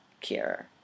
cure